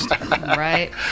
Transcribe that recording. Right